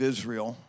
Israel